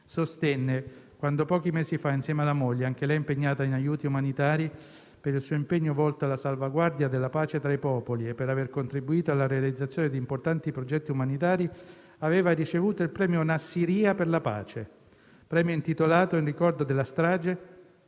sostenne pochi mesi fa, quando, insieme alla moglie, anche lei impegnata in aiuti umanitari, per il suo impegno volto alla salvaguardia della pace tra i popoli e per aver contribuito alla realizzazione di importanti progetti umanitari, ricevette il Premio Internazionale Nassiriya per la Pace, intitolato al ricordo della strage